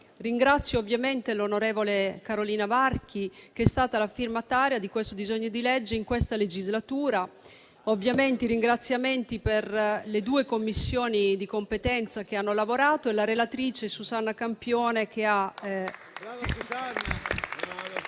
Ringrazio l'onorevole Carolina Varchi, che è la prima firmataria di questo disegno di legge nell'attuale legislatura. Ovviamente i ringraziamenti vanno alle due Commissioni di competenza che hanno lavorato e alla relatrice Susanna Campione che ha